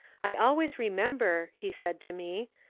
i always remember, he said to me,